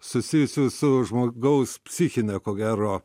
susijusių su žmogaus psichine ko gero